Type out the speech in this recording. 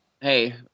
hey